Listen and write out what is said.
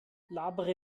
labere